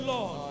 Lord